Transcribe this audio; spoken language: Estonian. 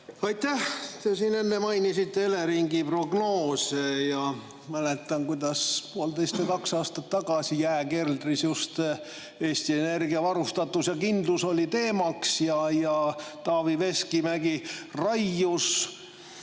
Aitäh! Te siin enne mainisite Eleringi prognoose. Mäletan, kuidas poolteist või kaks aastat tagasi jääkeldris just Eesti energiavarustatus ja ‑kindlus oli teemaks ja Taavi Veskimägi raius